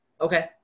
Okay